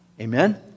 Amen